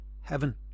heaven